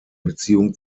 beziehung